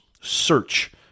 search